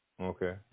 Okay